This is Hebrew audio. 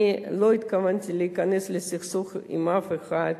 אני לא התכוונתי להיכנס לסכסוך עם אף אחד.